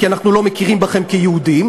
כי אנחנו לא מכירים בכם כיהודים,